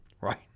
Right